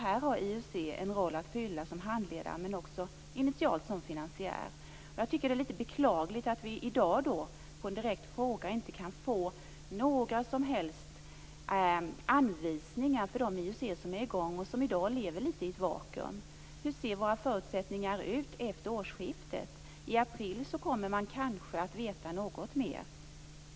Här har IUC en roll att fylla som handledare men också initialt som finansiär. Jag tycker att det är lite beklagligt att vi i dag på en direkt fråga inte kan få några som helst besked med anvisningar för de IUC som är i gång och som i dag lever i ett vakuum. Hur ser våra förutsättningar ut efter årsskiftet? I april kommer man kanske att veta något mer.